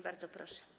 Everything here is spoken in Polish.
Bardzo proszę.